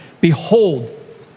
Behold